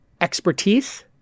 expertise